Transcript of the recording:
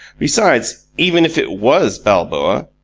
besides, even if it was balboa,